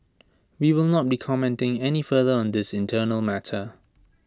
we will not be commenting any further on this internal matter